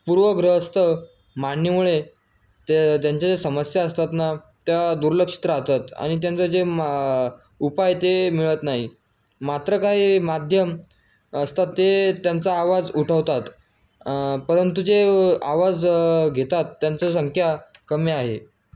पूर्वग्रहस्त मागणीमुळे ते त्यांच्या जे समस्या असतात ना त्या दुर्लक्षित राहतात आणि त्यांचं जे मा उपाय ते मिळत नाही मात्र काही माध्यम असतात ते त्यांचा आवाज उठवतात परंतु जे आवाज घेतात त्यांची संख्या कमी आहे